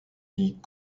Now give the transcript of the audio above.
dits